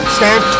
Stand